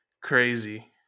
crazy